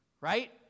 Right